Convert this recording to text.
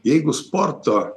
jeigu sporto